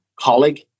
colleague